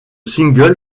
single